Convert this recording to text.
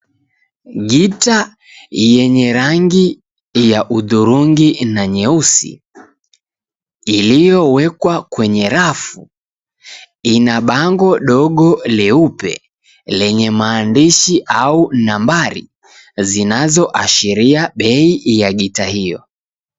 Gita yenye rangi ya hudhurungi na nyeusi, iliyowekwa kwenye rafu ina bango dogo leupe lenye maandishi au nambari zinazoashiria bei ya gita hiyo.